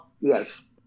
Yes